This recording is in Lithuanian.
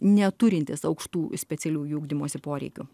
neturintys aukštų specialiųjų ugdymosi poreikių